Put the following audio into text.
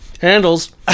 handles